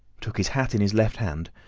took his hat in his left hand,